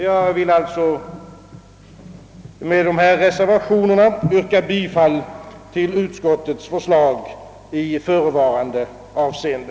Jag vill alltså med de här reservationerna yrka bifall till utskottets förslag 1 förevarande avseende.